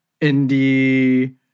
indie